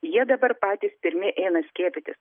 jie dabar patys pirmi eina skiepytis